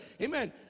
Amen